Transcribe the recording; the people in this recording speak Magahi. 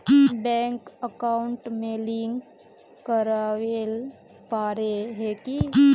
बैंक अकाउंट में लिंक करावेल पारे है की?